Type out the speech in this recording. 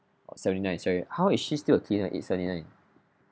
oh seventy nine sorry how is she still a cleaner at age seventy nine